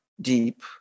deep